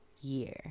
year